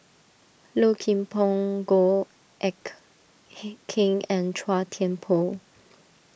Low Kim Pong Goh Eck hey Kheng and Chua Thian Poh